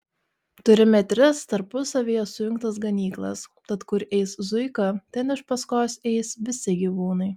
turime tris tarpusavyje sujungtas ganyklas tad kur eis zuika ten iš paskos eis visi gyvūnai